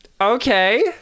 Okay